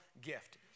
gift